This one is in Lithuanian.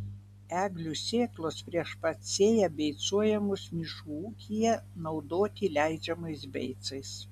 eglių sėklos prieš pat sėją beicuojamos miškų ūkyje naudoti leidžiamais beicais